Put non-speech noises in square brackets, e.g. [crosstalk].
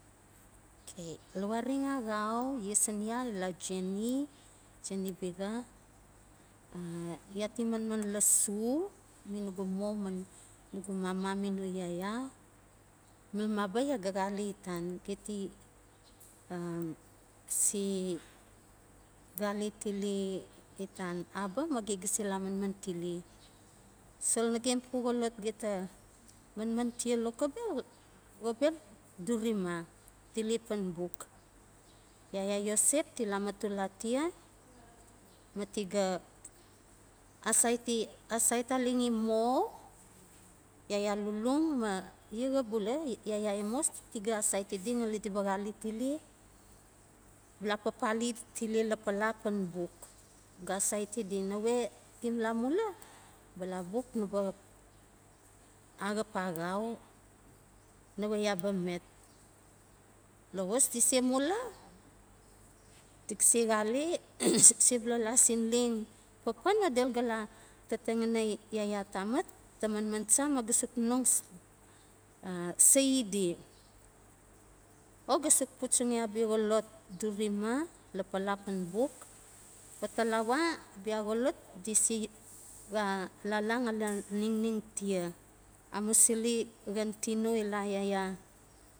Lawareng axau yesen ya ila jenny, jenny bixa, a ya ti manman lasu, mi nu gu mo, ma nugu mama mi no yaya, mil maba ya ga xale itan, geti um se xale tile i tan aba ma ge ga se la maman tile. Sol nagem pu xolot geta manman tia lokobel, xobel durima, tile pan buk. Yaya iosep tila matul atia ma ma tiga asaiti, asait alenxi mo yaya lulung, ma ya xa bula, yaya emos tiga asaiti di ngali di ba xale tile, la papali tile lapala pan buk, ga asaiti di nawe gim la mula bala buk naba xap, axap axau nawe ya ba met. Lowas di se mula di ga se xale [noise] di sebula la sin leng papano delu ga la tataxinai yaya tamat ta manman cha ma ga suk nonga [hesitation] sai oli o ga suk puchaxi abia xolot durima, lapala pan buk o talawa bia xolot di se xa lala ngali ningning tia amusili xan tino ila yaya.